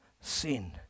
sin